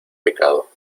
pecado